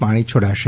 પાણી છોડાશે